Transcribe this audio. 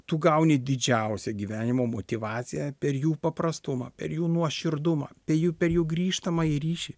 tu gauni didžiausią gyvenimo motyvaciją per jų paprastumą per jų nuoširdumą bei jų per jų grįžtamąjį ryšį